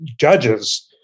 judges